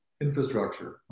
infrastructure